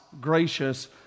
gracious